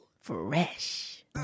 Fresh